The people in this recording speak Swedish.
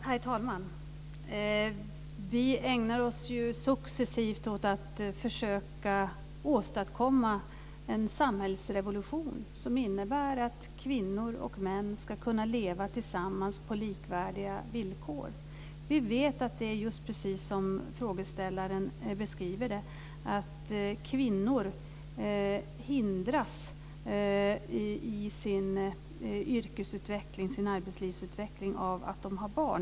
Herr talman! Vi ägnar oss successivt åt att försöka åstadkomma en samhällsrevolution som innebär att kvinnor och män ska kunna leva tillsammans på likvärdiga villkor. Vi vet att det är som frågeställaren beskriver det, dvs. att kvinnor hindras i sin yrkesutveckling, arbetslivsutveckling, av att de har barn.